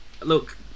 Look